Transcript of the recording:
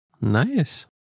Nice